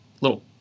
little